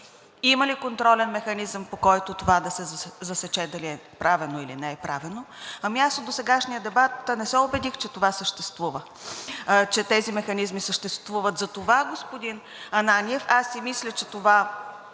Има ли контролен механизъм, по който това да се засече дали е правено, или не е правено? Ами аз от досегашния дебат не се убедих, че това съществува, че тези механизми съществуват. Затова, господин Ананиев, аз си мисля, че това